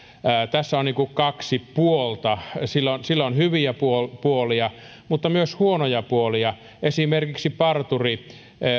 tässä on niin kuin kaksi puolta sillä on sillä on hyviä puolia mutta myös huonoja puolia esimerkiksi